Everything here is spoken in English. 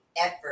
effort